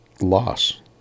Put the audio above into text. loss